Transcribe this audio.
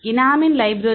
எனாமின் library